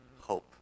hope